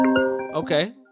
Okay